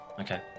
Okay